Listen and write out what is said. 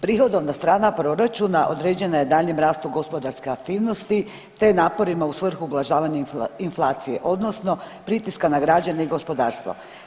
Prihodovna strana proračuna određena je daljnjim rastom gospodarske aktivnosti te naporima u svrhu ublažavanja inflacije, odnosno pritiska na građane i gospodarstvo.